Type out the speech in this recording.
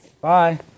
Bye